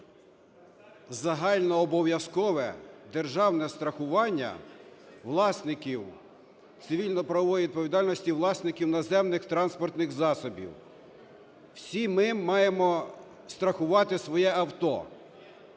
загальнообов'язкове державне страхування власників цивільно-правової відповідальності власників наземних транспортних засобів, всі ми маємо страхувати своє авто.